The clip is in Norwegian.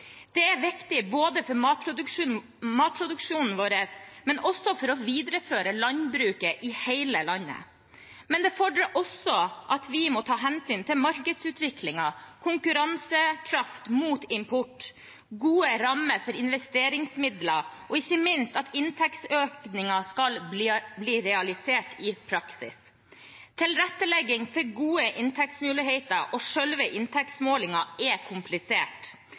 Det er viktig både for matproduksjonen vår og også for å videreføre landbruket i hele landet. Men det fordrer også at vi må ta hensyn til markedsutviklingen, konkurransekraft mot import, gode rammer for investeringsmidler og ikke minst at inntektsøkningen skal bli realisert i praksis. Tilrettelegging for gode inntektsmuligheter og selve inntektsmålingen er komplisert.